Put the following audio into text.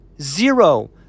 zero